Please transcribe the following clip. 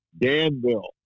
Danville